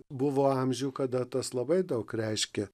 buvo amžių kada tas labai daug reiškė